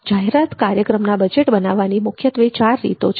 જાહેરાત કાર્યક્રમના બજેટ બનાવવાની મુખ્યત્વે ચાર રીતો છે